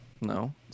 no